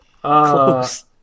Close